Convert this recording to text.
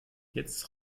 jetzt